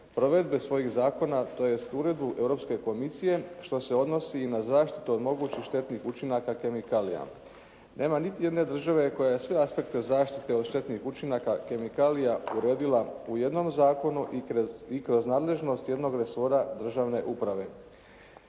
provedbe svojih zakona, tj. uredbu Europske komisije što se odnosi i na zaštitu od mogućih štetnih učinaka kemikalija. Nema niti jedne države koja sve aspekte zaštite od štetnih učinaka kemikalija uredila u jednom zakonu i kroz nadležnost jednog resora državne uprave.